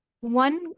One